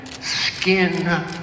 skin